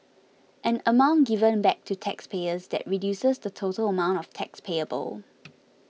an amount given back to taxpayers that reduces the total amount of tax payable